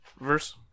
verse